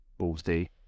ballsy